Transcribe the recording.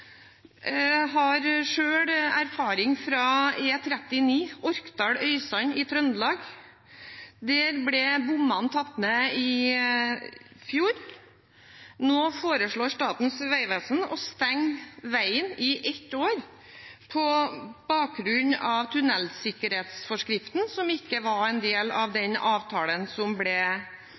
har selv erfaring fra E39, Orkdal–Øysand, i Trøndelag. Der ble bommene tatt ned i fjor. Nå foreslår Statens vegvesen å stenge veien i ett år på bakgrunn av tunnelsikkerhetsforskriften, som ikke var en del av den avtalen som ble